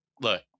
look